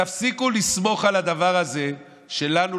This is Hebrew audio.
תפסיקו לסמוך על הדבר הזה שלנו,